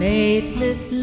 Faithless